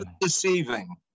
deceiving